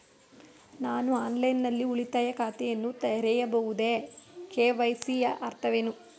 ನಾನು ಆನ್ಲೈನ್ ನಲ್ಲಿ ಉಳಿತಾಯ ಖಾತೆಯನ್ನು ತೆರೆಯಬಹುದೇ? ಕೆ.ವೈ.ಸಿ ಯ ಅರ್ಥವೇನು?